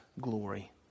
glory